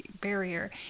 barrier